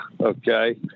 Okay